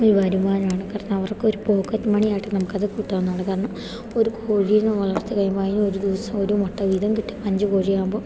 ഒരു വരുമാനമാണ് കാരണം അവർക്കൊരു പോക്കറ്റ് മണിയായിട്ട് നമുക്കത് കൂട്ടാവുന്നതാണ് കാരണം ഒരു കോഴിയിനെ വളർത്തി കഴിയുമ്പോൾ അതിന് ഒരു ദിവസം ഒരു മുട്ട വീതം കിട്ടും അഞ്ച് കോഴിയാവുമ്പോൾ